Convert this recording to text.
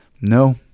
no